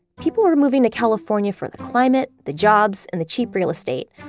people were moving to california for the climate, the jobs, and the cheap real estate.